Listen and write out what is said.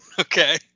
Okay